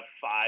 five